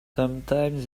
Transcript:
sometimes